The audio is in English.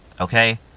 Okay